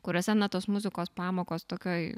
kuriose na tos muzikos pamokos tokioj